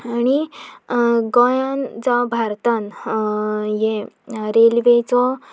आनी गोंयान जावं भारतान हे रेल्वेचो